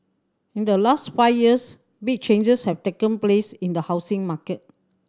in the last five years big changes have taken place in the housing market